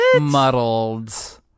muddled